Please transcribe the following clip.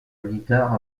guitare